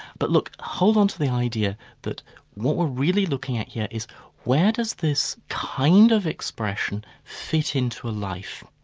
but look, hold on to the idea that what we're really looking at here is where does this kind of expression fit into a life?